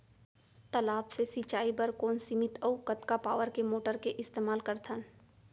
तालाब से सिंचाई बर कोन सीमित अऊ कतका पावर के मोटर के इस्तेमाल करथन?